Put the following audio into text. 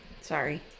Sorry